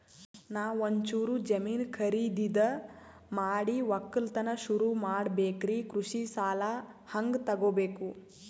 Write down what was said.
ನಾ ಒಂಚೂರು ಜಮೀನ ಖರೀದಿದ ಮಾಡಿ ಒಕ್ಕಲತನ ಸುರು ಮಾಡ ಬೇಕ್ರಿ, ಕೃಷಿ ಸಾಲ ಹಂಗ ತೊಗೊಬೇಕು?